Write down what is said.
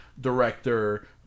director